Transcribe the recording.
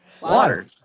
Water